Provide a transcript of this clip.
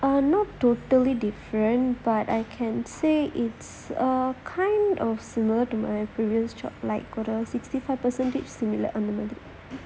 um not totally different but I can say it's err kind of similar to my previous job like ஒரு:oru sixty five percentage similar eh